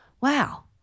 wow